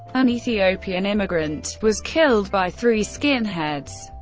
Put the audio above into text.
an ethiopian immigrant, was killed by three skinheads.